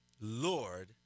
Lord